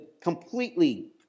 completely